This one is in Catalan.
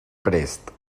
prest